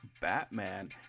Batman